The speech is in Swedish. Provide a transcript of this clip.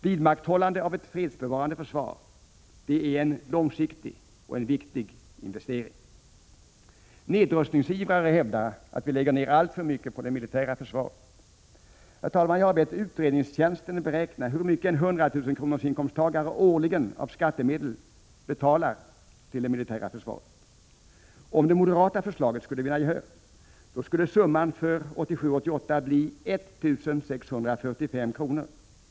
Vidmakthållande av ett fredsbevarande försvar är en långsiktig och viktig investering. Nedrustningsivrare hävdar att vi lägger ner alltför mycket på det militära försvaret. Jag har bett utredningstjänsten beräkna hur mycket en inkomsttagare med en årslön på 100 000 kr. årligen av skattemedel betalar till det militära försvaret. Om det moderata förslaget skulle vinna gehör skulle summan för 1987/88 bli 1 645 kr.